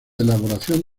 elaboración